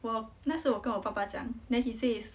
我那时候我跟我爸爸讲 then he say is